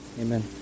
Amen